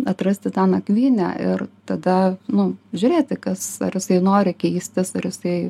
atrasti tą nakvynę ir tada nu žiūrėti kas ar jisai nori keistis ar jisai